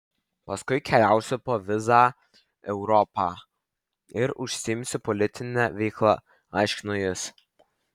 paskui keliausiu po vizą europą ir užsiimsiu politine veikla aiškino jis